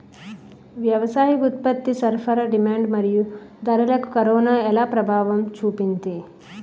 వ్యవసాయ ఉత్పత్తి సరఫరా డిమాండ్ మరియు ధరలకు కరోనా ఎలా ప్రభావం చూపింది